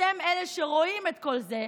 אתם אלה שרואים את כל זה,